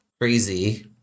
Crazy